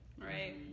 right